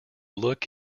look